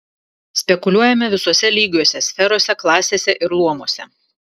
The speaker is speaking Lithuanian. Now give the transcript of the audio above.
spekuliuojame visuose lygiuose sferose klasėse ir luomuose